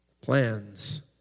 Plans